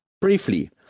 Briefly